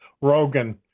Rogan